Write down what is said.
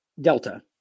Delta